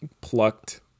plucked